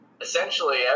essentially